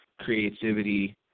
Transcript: creativity